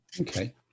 okay